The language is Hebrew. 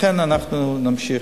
לכן אנחנו נמשיך.